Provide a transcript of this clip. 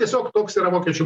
tiesiog toks yra vokiečių